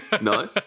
No